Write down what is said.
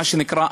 מה שנקרא,